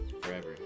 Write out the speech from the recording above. Forever